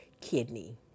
kidney